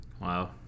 Wow